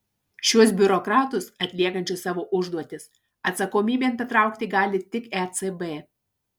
šiuos biurokratus atliekančius savo užduotis atsakomybėn patraukti gali tik ecb